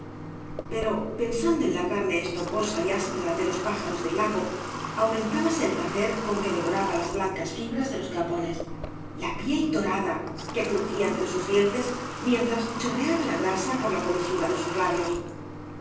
pero pensando en la carne estoposa y áspera de los pájaros del lago aumentábase el placer con que devoraba las blancas fibras de los capones la piel dorada que crujía entre sus dientes mientras chorreaba la grasa por la comisura de sus labios